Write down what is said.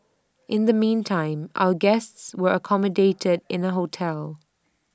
in the meantime our guests were accommodated in A hotel